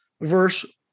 verse